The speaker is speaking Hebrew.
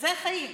זה החיים,